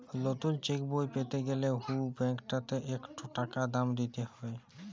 লতুল চ্যাকবই প্যাতে গ্যালে হুঁ ব্যাংকটতে ইকট টাকা দাম দিতে হ্যয়